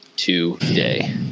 Today